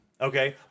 okay